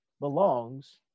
belongs